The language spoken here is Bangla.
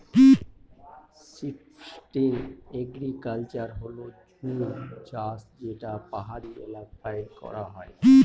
শিফটিং এগ্রিকালচার হল জুম চাষ যেটা পাহাড়ি এলাকায় করা হয়